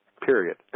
Period